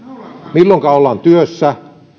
milloinka ollaan työssä